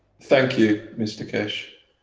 thank you mr keshe.